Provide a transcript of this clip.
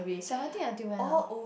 seventeen until when ah